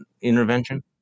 intervention